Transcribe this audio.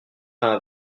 vingt